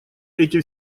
эти